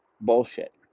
bullshit